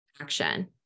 action